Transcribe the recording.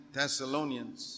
Thessalonians